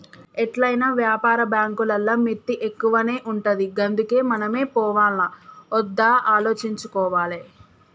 ఎట్లైనా వ్యాపార బాంకులల్ల మిత్తి ఎక్కువనే ఉంటది గందుకే మనమే పోవాల్నా ఒద్దా ఆలోచించుకోవాలె